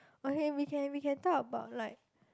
okay we can we can talk about like